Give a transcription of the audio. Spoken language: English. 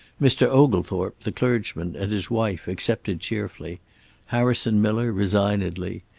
mr. oglethorpe, the clergyman, and his wife accepted cheerfully harrison miller, resignedly.